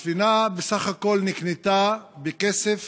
הספינה בסך הכול נקנתה בכסף